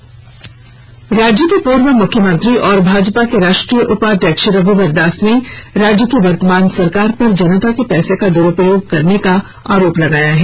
झारखंड के पूर्व मुख्यमंत्री और भाजपा के राष्ट्रीय उपाध्यक्ष रघुवर दास ने राज्य की वर्तमान सरकार पर जनता के पैसे का द्रूपयोग करने का आरोप लगाया है